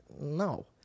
no